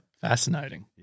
Fascinating